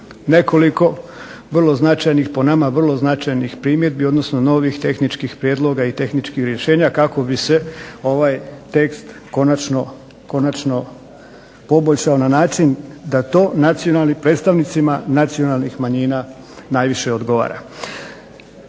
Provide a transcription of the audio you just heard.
po nama vrlo značajnih primjedbi odnosno novih tehničkih prijedloga i tehničkih rješenja kako bi se ovaj tekst konačno poboljšao na način da to predstavnicima nacionalnih manjina najviše odgovara.